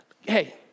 hey